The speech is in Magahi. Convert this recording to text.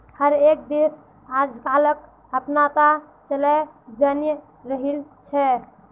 हर एक देश आजकलक अपनाता चलयें जन्य रहिल छे